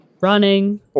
Running